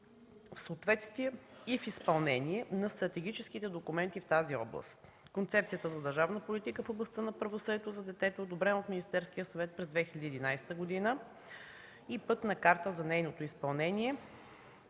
в съответствие и в изпълнение на стратегическите документи в тази област: Концепцията за държавна политика в областта на правосъдието за детето, одобрена от Министерския съвет през 2011 г., и пътна карта за нейното изпълнение,